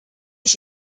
ich